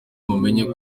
mumenye